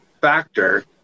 factor